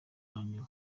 unaniwe